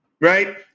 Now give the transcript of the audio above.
Right